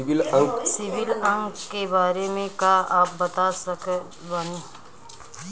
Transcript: CIBIL अंक के बारे मे का आप बता सकत बानी?